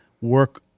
work